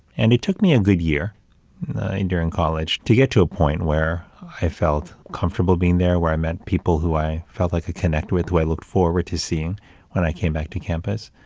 and it took me a good year during college to get to a point where i felt comfortable being there, where i met people who i felt like ah connect with, who i look forward to seeing when i came back to campus.